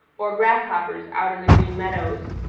or grasshoppers out in the green meadows.